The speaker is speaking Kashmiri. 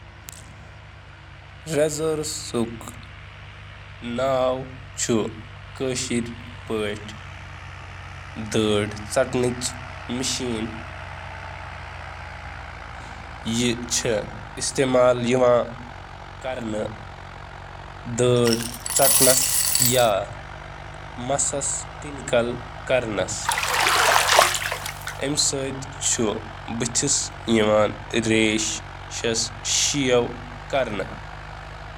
ریزر کَمہِ مقصدٕچ کٲم چھِ کران؟ ریزرُک مقصد چھُ دراصل داڑھی ژٹنٕچ مِشیٖن تہٕ یہِ چھُ ریش پوٗرٕ کرنہٕ خٲطرٕ استعمال یِوان کرنہٕ۔